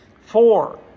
Four